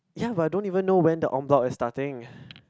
ya but I don't even know when the en-bloc is starting